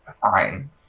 fine